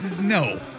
no